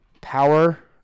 power